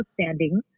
outstanding